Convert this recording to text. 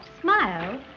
smile